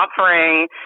offering